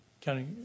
County